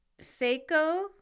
Seiko